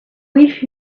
wish